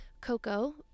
Coco